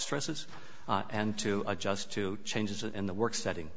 stresses and to adjust to changes in the work setting